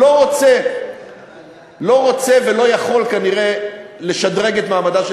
לא רוצה ולא יכול כנראה לשדרג את מעמדה של